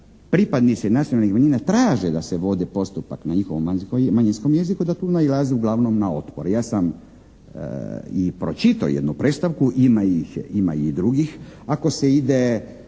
pripadnici nacionalnih manjina traže da se vodi postupak na njihovom manjinskom jeziku da tu nailaze uglavnom na otpor. Ja sam i pročitao jednu predstavku, ima i drugih, ako se ide